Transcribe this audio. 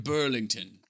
Burlington